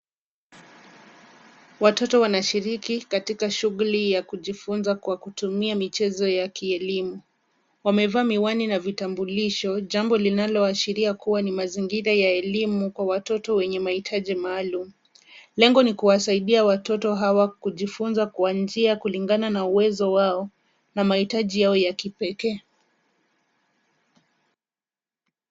Watoto wanashiriki katika shughuli za kujifunza kutumia michezo ya kielimu. Wamevaa miwani na vitambulisho, jambo linalo ashiria kuwa ni mazingira elimu kwa watoto wenye mahitaji maalumu. Lengo ni kuwasaidia watoto hawa kujifunza kwa njia kulingana na uwezo wao na mahitaji yao ya kipekee.